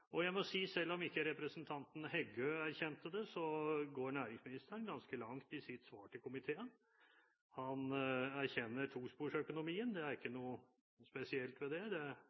tror jeg ville vært viktig for dem som er rammet av dette, og det er faktisk ganske mange. Selv om ikke representanten Heggø erkjente det, så går næringsministeren ganske langt i sitt svar til komiteen. Hun erkjenner tosporsøkonomien. Det er ikke noe